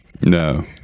No